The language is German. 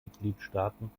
mitgliedstaaten